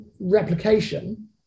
replication